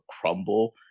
crumble